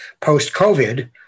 post-COVID